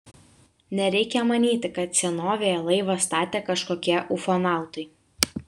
nereikia manyti kad senovėje laivą statė kažkokie ufonautai